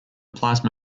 plasma